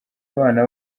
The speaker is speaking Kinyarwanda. abana